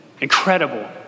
Incredible